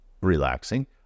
relaxing